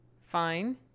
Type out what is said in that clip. fine